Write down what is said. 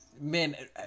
Man